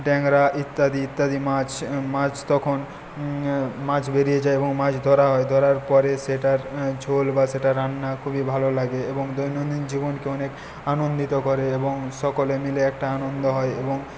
ট্যাংরা ইত্যাদি ইত্যাদি মাছ মাছ তখন মাছ বেরিয়ে যায় এবং মাছ ধরা হয় ধরার পরে সেটার ঝোল বা সেটা রান্না খুবই ভালো লাগে এবং দৈনন্দিন জীবনকে অনেক আনন্দিত করে এবং সকলে মিলে একটা আনন্দ হয় এবং